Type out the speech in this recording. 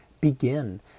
begin